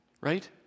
right